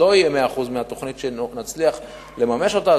לא יהיה 100% התוכנית שנצליח לממש אותה,